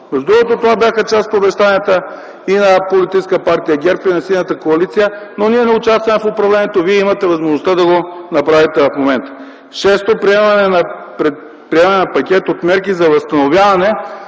Между другото, това бяха част от обещанията и на политическа партия ГЕРБ и на Синята коалиция, но ние не участваме в управлението, вие имате възможността да го направите в момента. Шесто, приемане на пакет от мерки за възстановяване